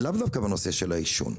לאו דווקא בנושא של העישון,